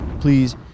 please